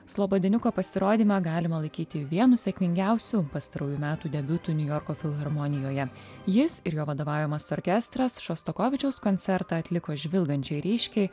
slobodieniuko pasirodymą galima laikyti vienu sėkmingiausių pastarųjų metų debiutų niujorko filharmonijoje jis ir jo vadovaujamas orkestras šostakovičiaus koncertą atliko žvilgančiai ryškiai